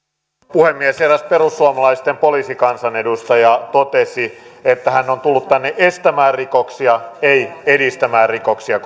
puhemies eräs perussuomalaisten poliisikansanedustaja totesi koskien tätä hämärärekisteriä että hän on tullut tänne estämään rikoksia ei edistämään rikoksia